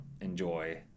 enjoy